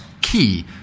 key